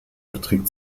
beträgt